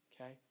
okay